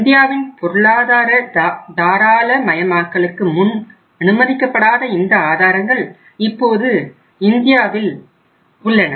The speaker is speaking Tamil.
இந்தியாவின் பொருளாதார தாராளமயமாக்களுக்கு முன் அனுமதிக்கப்படாத இந்த ஆதாரங்கள் இப்போது இந்தியாவில் உள்ளன